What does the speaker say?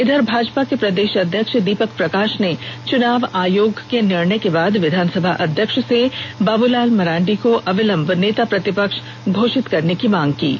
इधर भाजपा के प्रदेष अध्यक्ष दीपक प्रकाष ने चुनाव आयोग के निर्णय के बाद विधानसभा अध्यक्ष से बाबूलाल मरांडी को अविलंब नेता प्रतिपक्ष घोषित करने की मांग की है